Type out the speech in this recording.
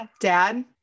Dad